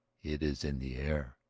it is in the air.